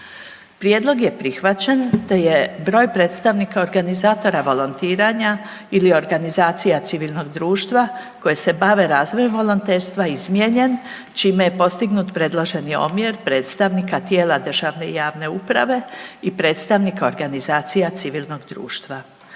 Prijedlog je prihvaćen, te je broj predstavnika organizatora volontiranja ili organizacija civilnog društva koje se bave volonterstvom izmijenjen, čime je postignut predloženi omjer predstavnika tijela državne i javne uprave i predstavnika organizacija civilnog društva.